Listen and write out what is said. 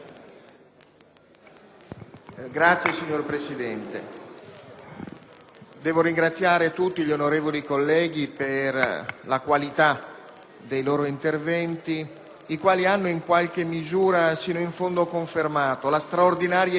relatore*. Signor Presidente, devo ringraziare tutti gli onorevoli colleghi per la qualità dei loro interventi, i quali hanno confermato sino in fondo la straordinaria intensità